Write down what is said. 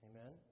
Amen